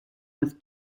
with